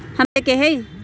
पैसा भेजे के हाइ?